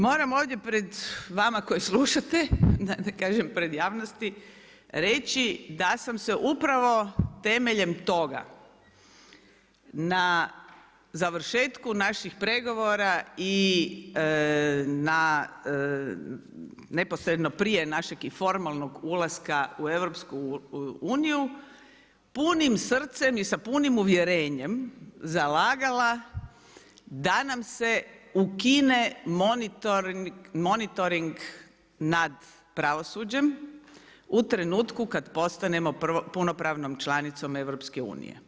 Moram ovdje pred vama koji slušate, da ne kažem pred javnosti, reći da sam se upravo temeljem toga na završetku naših pregovora i na neposredno prije našeg i formalnog ulaska u EU, punim srcem i sa punim uvjerenjem zalagala da nam se ukine monitoring nad pravosuđem, u trenutku kad postanemo punopravnom članicom EU.